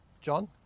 John